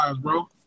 bro